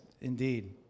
indeed